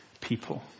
people